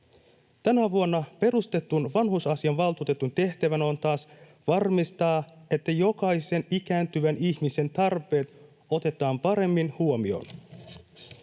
Tänä vuonna perustetun vanhusasiainvaltuutetun tehtävänä taas on varmistaa, että jokaisen ikääntyvän ihmisen tarpeet otetaan paremmin huomioon.